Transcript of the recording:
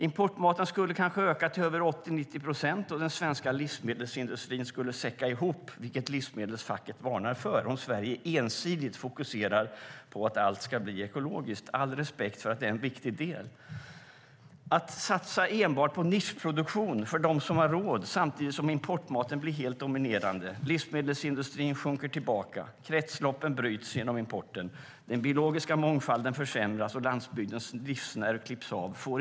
Importmaten skulle kanske öka till över 80-90 procent, och den svenska livsmedelsindustrin skulle säcka ihop, vilket livsmedelsfacket varnar för om Sverige ensidigt fokuserar på att allt ska bli ekologiskt - all respekt för att det är en viktig del. Det får inte finnas på kartan att satsa enbart på nischproduktion för dem som har råd samtidigt som importmaten blir helt dominerande, livsmedelsindustrin sjunker tillbaka, kretsloppen bryts genom importen, den biologiska mångfalden försämras och landsbygdens livsnerv klipps av.